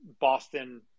boston